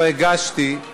שהגשתי היא